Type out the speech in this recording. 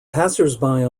passersby